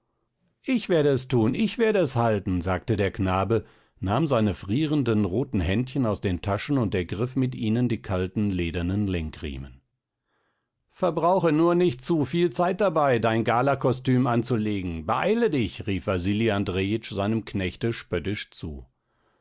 ich werde es tun ich werde es halten sagte der knabe nahm seine frierenden roten händchen aus den taschen und ergriff mit ihnen die kalten ledernen lenkriemen verbrauche nur nicht zu viel zeit dabei dein galakostüm anzulegen beeile dich rief wasili andrejitsch seinem knechte spöttisch zu